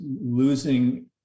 losing